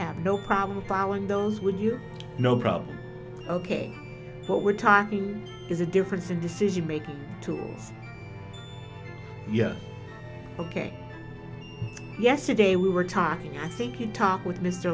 have no problem filing those would you know probably ok what we're talking is a difference in decision making tools yes ok yesterday we were talking i think you talk with mr